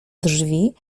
drzwi